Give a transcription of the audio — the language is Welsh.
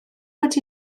wedi